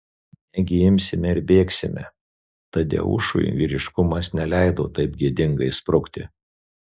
negi imsime ir bėgsime tadeušui vyriškumas neleido taip gėdingai sprukti